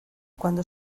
cuando